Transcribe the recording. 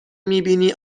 میبینی